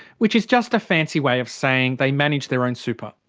which is just a fancy way of saying they manage their own super.